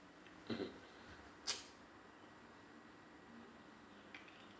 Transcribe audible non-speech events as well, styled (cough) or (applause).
mmhmm (noise)